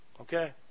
Okay